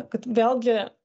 kad vėlgi